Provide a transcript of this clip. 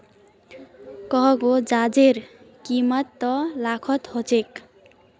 cargo जहाजेर कीमत त लाखत ह छेक